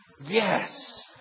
Yes